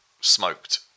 smoked